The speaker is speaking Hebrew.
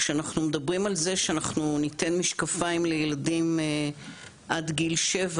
כשאנחנו מדברים על זה שאנחנו ניתן משקפיים לילדים עד גיל 7,